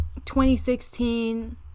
2016